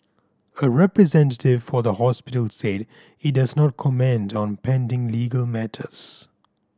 a representative for the hospital said it does not comment on pending legal matters